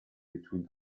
between